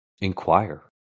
inquire